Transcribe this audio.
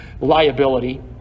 liability